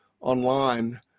online